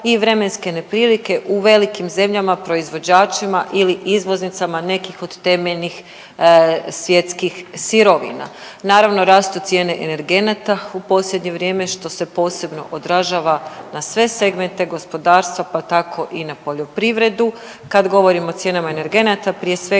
i vremenske neprilike u velikim zemljama proizvođačima ili izvoznicama nekih od temeljnih svjetskih sirovina. Naravno rastu cijene energenata u posljednje vrijeme što se posebno odražava na sve segmente gospodarstva pa tako i na poljoprivredu. Kad govorim o cijenama energenata prije svega